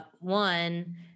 One